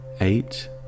eight